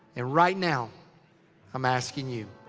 and right now i'm asking you